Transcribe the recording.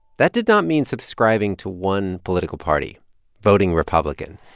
that did not mean subscribing to one political party voting republican.